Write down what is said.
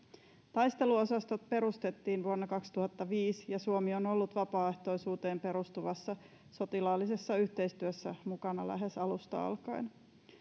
taisteluosastot perustettiin vuonna kaksituhattaviisi ja suomi on ollut vapaaehtoisuuteen perustuvassa sotilaallisessa yhteistyössä mukana lähes alusta alkaen